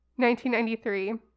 1993